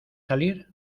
salir